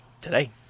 Today